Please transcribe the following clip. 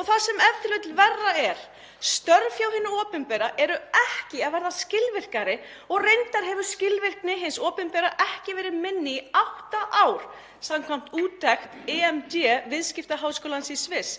og það sem e.t.v. verra er, störf hjá hinu opinbera eru ekki að verða skilvirkari og reyndar hefur skilvirkni hins opinbera ekki verið minni í átta ár samkvæmt úttekt EMD-viðskiptaháskólans í Sviss,